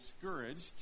discouraged